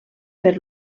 per